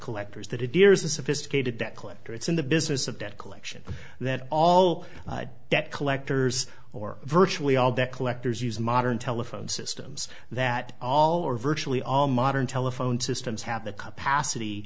collectors that it dear is a sophisticated debt collector it's in the business of debt collection that all debt collectors or virtually all the collectors use modern telephone systems that all or virtually all modern telephone systems have the capacity